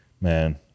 Man